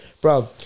bro